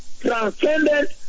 transcendent